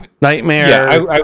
nightmare